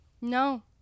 no